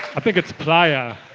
i think it's playa